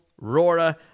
Rora